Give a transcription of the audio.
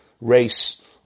race